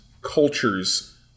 cultures